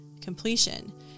completion